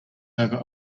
over